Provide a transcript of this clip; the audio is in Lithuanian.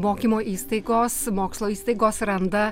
mokymo įstaigos mokslo įstaigos randa